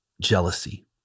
Jealousy